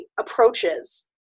approaches